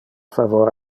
favor